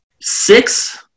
six